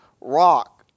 rock